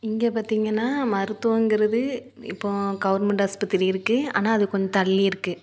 இங்கே பார்த்தீங்கன்னா மருத்துவங்கிறது இப்போது கவுர்மெண்ட் ஆஸ்பத்திரி இருக்குது ஆனால் அது கொஞ்சம் தள்ளி இருக்குது